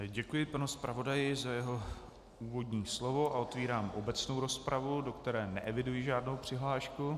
Děkuji panu zpravodaji za jeho úvodní slovo a otevírám obecnou rozpravu, do které neeviduji žádnou přihlášku.